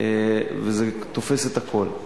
וזה תופס את הכול.